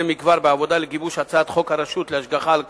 מכבר בעבודה לגיבוש הצעת חוק הרשות להשגחה על כשרות,